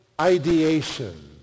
ideation